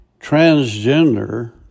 transgender